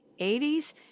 80s